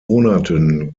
monaten